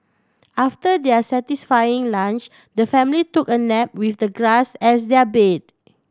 after their satisfying lunch the family took a nap with the grass as their bed